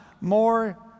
more